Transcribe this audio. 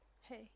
Hey